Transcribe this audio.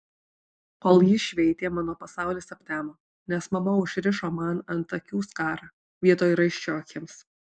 kol ji šveitė mano pasaulis aptemo nes mama užrišo man ant akių skarą vietoj raiščio akims